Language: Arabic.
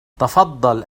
تفضّل